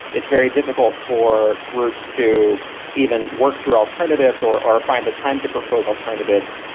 it's very difficult for groups to even work through alternatives or or find the time to propose alternatives.